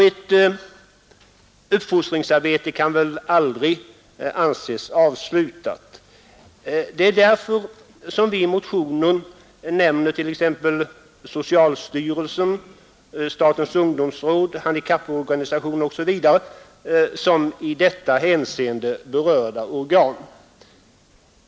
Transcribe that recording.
Ett uppfostringsarbete kan väl aldrig anses avslutat. Det är därför som vi i motionen nämner socialstyrelsen, statens ungdomsråd, handikapporganisationerna osv. som i detta hänseende berörda organ.